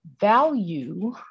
value